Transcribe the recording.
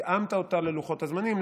התאמת אותה ללוחות הזמנים,